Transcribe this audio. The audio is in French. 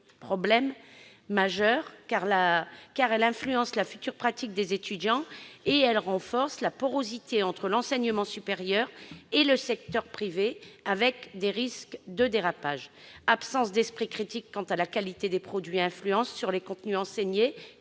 problèmes majeurs. Elle influence la future pratique des étudiants et elle renforce la porosité entre l'enseignement supérieur et le secteur privé, avec des risques de dérapage : absence d'esprit critique quant à la qualité des produits, influence sur les contenus enseignés,